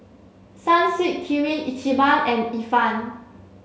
Sunsweet Kirin Ichiban and Ifan